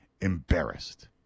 embarrassed